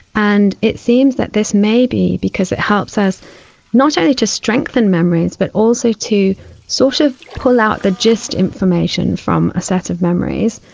and it seems that this may be because it helps us not only to strengthen memories but also to sort of pull out the gist information from a set of memories,